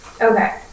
Okay